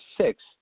six